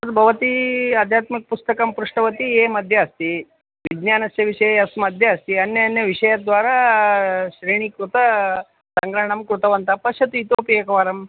तद् भवती आध्यात्मकं पुस्तकं पृष्टवती ये मध्ये अस्ति विज्ञानस्य विषये अस् मध्ये अस्ति अन्य अन्यविषयस्य द्वारा श्रेणीकृतं सङ्ग्रहणं कृतवन्तः पश्यतु इतोपि एकवारम्